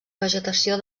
vegetació